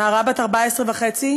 נערה בת 14 וחצי,